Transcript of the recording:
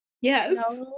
Yes